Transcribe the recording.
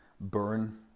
burn